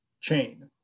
chain